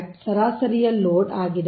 ಆದ್ದರಿಂದ ಅದು 1